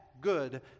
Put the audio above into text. good